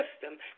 system